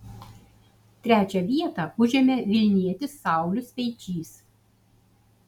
trečią vietą užėmė vilnietis saulius speičys